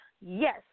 Yes